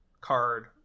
card